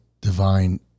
divine